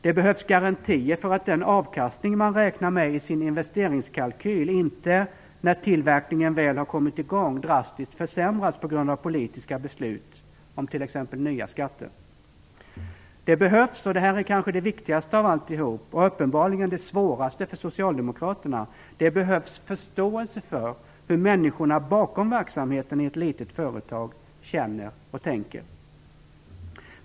Det behövs garantier för att den avkastning som man räknar med i sin investeringskalkyl inte drastiskt skall försämras på grund av politiska beslut om t.ex. nya skatter när väl tillverkningen har kommit i gång. Det kanske viktigaste och uppenbarligen svåraste för Socialdemokraterna är att förstå hur människorna bakom verksamheten i ett litet företag känner och tänker.